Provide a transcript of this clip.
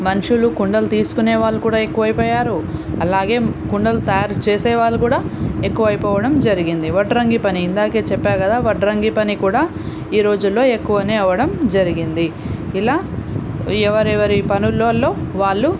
మనుష్యులు కుండలు తీసుకునేవాళ్ళు కూడా ఎక్కువ అయిపోయారూ అలాగే కుండలు తయారు చేసేవాళ్ళు కూడా ఎక్కువ అయిపోవడం జరిగింది వడ్రంగి పని ఇందాకే చెప్పా కదా వడ్రంగి పని కూడా ఈరోజుల్లో ఎక్కువనే అవడం జరిగింది ఇలా ఎవరెవరి పనుల్లో వాళ్ళు